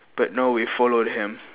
but no we followed him